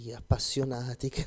appassionati